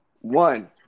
One